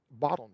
bottleneck